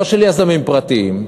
לא של יזמים פרטיים,